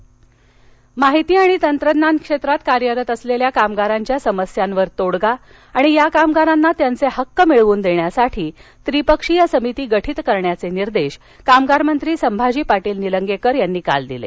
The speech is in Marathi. त्रिपक्षीय समिती माहिती आणि तंत्रज्ञान क्षेत्रात कार्यरत असलेल्या कामगारांच्या समस्यांवर तोडगा आणि या कामगारांना त्यांचे हक्क मिळवून देण्यासाठी त्रिपक्षीय समिती गठित करण्याचे निर्देश कामगारमंत्री संभाजी पाटील निलंगेकर यांनी काल दिले